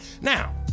Now